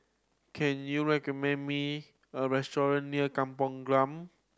can you recommend me a restaurant near Kampung Glam